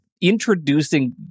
introducing